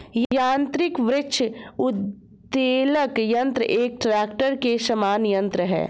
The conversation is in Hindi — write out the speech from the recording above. यान्त्रिक वृक्ष उद्वेलक यन्त्र एक ट्रेक्टर के समान यन्त्र है